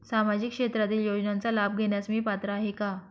सामाजिक क्षेत्रातील योजनांचा लाभ घेण्यास मी पात्र आहे का?